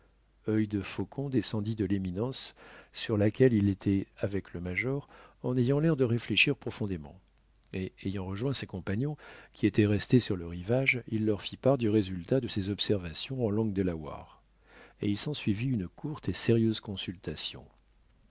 d'agir œil de faucon descendit de l'éminence sur laquelle il était avec le major en ayant l'air de réfléchir profondément et ayant rejoint ses compagnons qui étaient restés sur le rivage il leur fit part du résultat de ses observations en langue delaware et il s'ensuivit une courte et sérieuse consultation